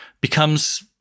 becomes